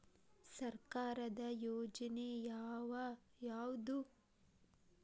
ಸರ್ಕಾರದ ಯೋಜನೆ ಯಾವ್ ಯಾವ್ದ್?